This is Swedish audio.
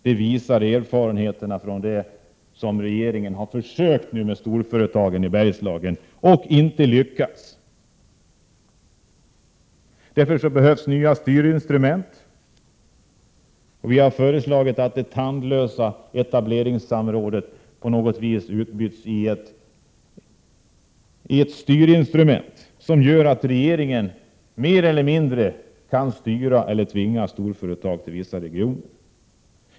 Det visar erfarenheterna från de försök regeringen har gjort med storföretagen i Bergslagen, försök som inte har lyckats. Därför behövs nya styrinstrument. Vi har föreslagit att det tandlösa lokaliseringssamrådet på något sätt utbyts till ett styrinstrument som gör att regeringen mer eller mindre kan styra eller tvinga storföretag till etablering i vissa regioner.